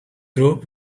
group